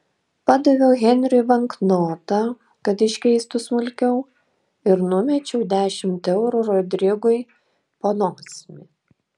padaviau henriui banknotą kad iškeistų smulkiau ir numečiau dešimt eurų rodrigui po nosimi